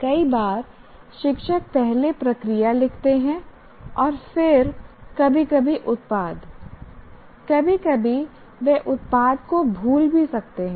कई बार शिक्षक पहले प्रक्रिया लिखते हैं और फिर कभी कभी उत्पाद कभी कभी वे उत्पाद को भूल भी सकते हैं